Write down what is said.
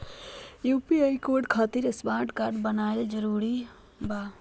UPI code खातिर smart mobile जरूरी बा?